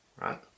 right